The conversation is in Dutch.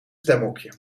stemhokje